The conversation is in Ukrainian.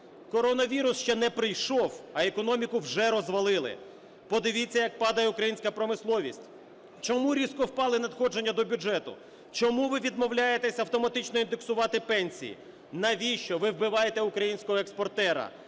Коронавірус ще не прийшов – а економіку вже розвалили. Подивіться, як падає українська промисловість. Чому різко впали надходження від бюджету? Чому ви відмовляєтесь автоматично індексувати пенсії? Навіщо ви вбиваєте українського експортера?